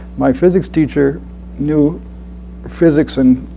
my physics teacher knew physics and